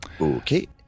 Okay